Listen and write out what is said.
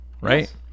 right